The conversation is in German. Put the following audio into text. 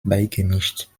beigemischt